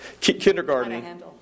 Kindergarten